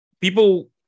people